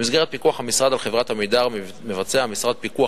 במסגרת פיקוח המשרד על חברת "עמידר" מבצע המשרד פיקוח